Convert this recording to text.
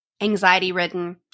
anxiety-ridden